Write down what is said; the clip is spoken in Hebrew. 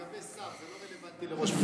זה לגבי שר, זה לא רלוונטי לראש ממשלה.